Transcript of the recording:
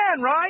right